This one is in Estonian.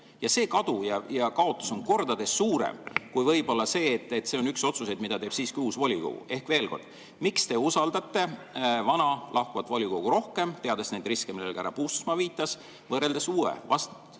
See kaotus on kordades suurem kui võib-olla see, et see on üks otsuseid, mida teeb siiski uus volikogu. Ehk veel kord: miks te usaldate vana, lahkuvat volikogu rohkem, teades neid riske, millele ka härra Puustusmaa viitas, võrreldes uue,